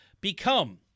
become